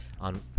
on